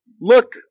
Look